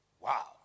Wow